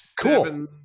cool